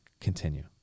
continue